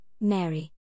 Mary